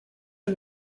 are